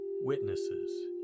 witnesses